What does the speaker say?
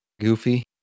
goofy